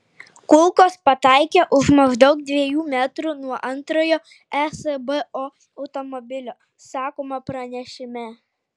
kulkos pataikė už maždaug dviejų metrų nuo antrojo esbo automobilio sakoma pranešime